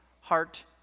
heart